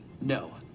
No